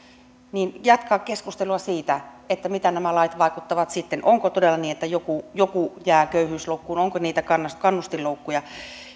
niin tulee jatkaa keskustelua siitä siitä miten nämä lait vaikuttavat sitten onko todella niin että joku joku jää köyhyysloukkuun onko niitä kannustinloukkuja